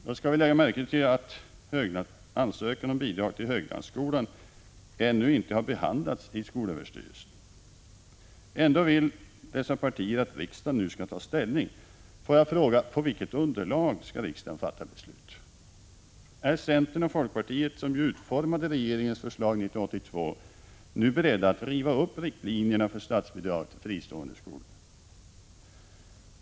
Då skall vi lägga märke till att ansökan om bidrag till Höglandsskolan ännu inte har behandlats i skolöverstyrelsen. Ändå vill dessa partier att riksdagen nu skall ta ställning. Får jag fråga: På vilket underlag skall riksdagen fatta beslut? Är centern och folkpartiet — som ju utformade regeringens förslag 1982 — nu beredda att riva upp riktlinjerna för statsbidrag till fristående skolor?